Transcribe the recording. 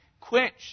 quench